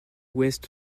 ouest